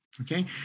Okay